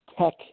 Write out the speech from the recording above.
Tech